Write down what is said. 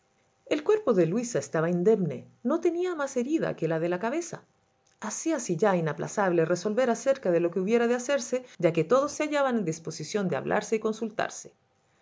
el cuerpo de luisa estaba indemne no tenía más herida que la de la cabeza hacíase ya inaplazable resolver acerca de lo que hubiera de hacerse ya que todos se hallaban en disposición de hablarse y consultarse